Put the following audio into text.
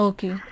Okay